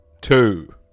two